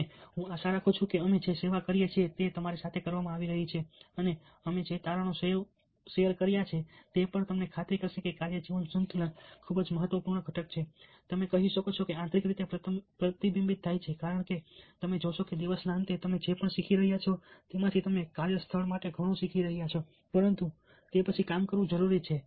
અને હું આશા રાખું છું કે અમે જે સેવા કરીએ છીએ તે તમારી સાથે કરવામાં આવી છે અને અમે જે તારણો શેર કર્યા છે તે પણ તમને તેની ખાતરી કરશે કે કાર્ય જીવન સંતુલન એ ખૂબ જ મહત્વપૂર્ણ ઘટક છે અને તમે કહી શકો છો કે તે આંતરિક રીતે પ્રતિબિંબિત થાય છે કારણ કે તમે જોશો કે દિવસના અંતે તમે જે પણ શીખી રહ્યા છો તેમાંથી તમે કાર્યસ્થળ માટે ઘણું શીખી રહ્યા છો પરંતુ તે પછી કામ કરવું જરૂરી છે